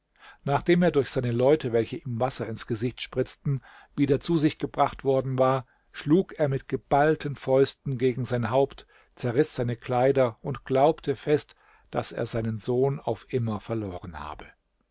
nachdem er durch seine leute welche ihm wasser ins gesicht spritzten wieder zu sich gebracht worden war schlug er mit geballten fäusten gegen sein haupt zerriß seine kleider und glaubte fest daß er seinen sohn auf immer verloren habe